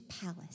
palace